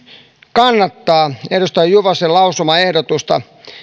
kannattaa edustaja juvosen lausumaehdotusta